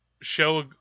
show